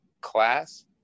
class